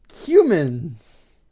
humans